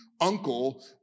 uncle